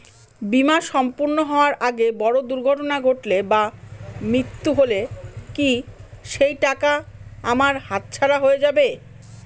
বীমা সম্পূর্ণ হওয়ার আগে বড় দুর্ঘটনা ঘটলে বা মৃত্যু হলে কি সেইটাকা আমার হাতছাড়া হয়ে যাবে?